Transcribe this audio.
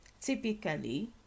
Typically